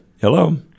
Hello